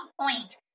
point